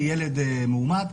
ילד מאומת,